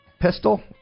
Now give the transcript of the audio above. pistol